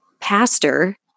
pastor